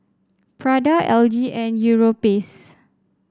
Prada L G and Europace